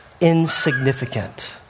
insignificant